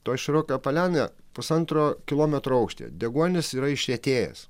toj široka paliana pusantro kilometro aukštyje deguonis yra išretėjęs